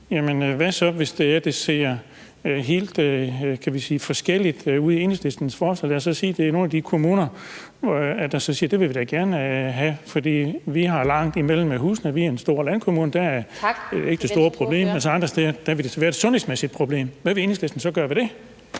hvad så, hvis det ser helt forskelligt ud med Enhedslistens forslag? Lad os sige, at der er nogle af de kommuner, der så siger: Det vil vi da gerne have, for vi har langt mellem husene, vi er en stor landkommune; der er ikke det store problem. Men andre steder kan der være et sundhedsmæssigt problem. Hvad vil Enhedslisten så gøre ved det?